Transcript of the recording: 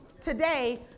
today